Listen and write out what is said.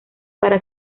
para